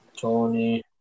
Tony